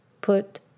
put